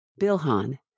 Bilhan